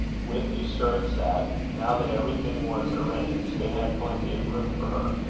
with the assurance that, now that everything was arranged, they had plenty of room for her.